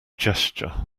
gesture